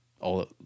all-